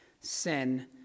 sin